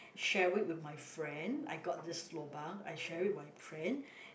share it with my friend I got this lobang I share with my friend